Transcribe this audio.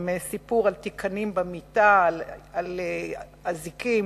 ועם סיפור על תיקנים במיטה ועל אזיקים.